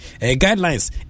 Guidelines